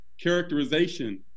characterization